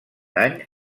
any